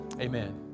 Amen